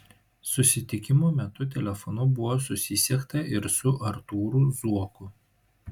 susitikimo metu telefonu buvo susisiekta ir su artūru zuoku